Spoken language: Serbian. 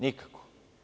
Nikako.